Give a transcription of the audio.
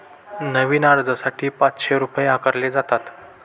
नवीन अर्जासाठी पाचशे रुपये आकारले जातात